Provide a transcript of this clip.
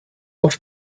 oft